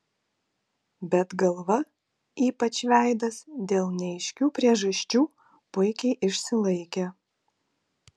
bet galva ypač veidas dėl neaiškių priežasčių puikiai išsilaikė